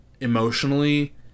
emotionally